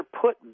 put